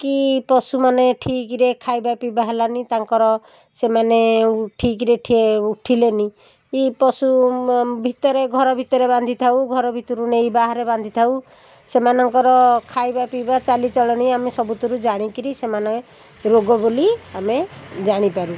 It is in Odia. କି ପଶୁ ମାନେ ଠିକରେ ଖାଇବା ପିଇବା ହେଲାନି ତାଙ୍କର ସେମାନେ ଠିକରେ ଉଠିଲେନି କି ପଶୁ ଭିତରେ ଘର ଭିତରେ ବାନ୍ଧିଥାଉ ଘର ଭିତରୁ ନେଇ ବାହାରେ ବାନ୍ଧିଥାଉ ସେମାନଙ୍କର ଖାଇବା ପିଇବା ଚାଲିଚଳନି ଆମେ ସବୁଥିରୁ ଜାଣିକରି ସେମାନେ ରୋଗ ବୋଲି ଆମେ ଜାଣିପାରୁ